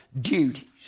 duties